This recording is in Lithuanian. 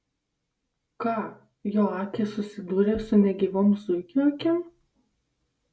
ką jo akys susidūrė su negyvom zuikio akim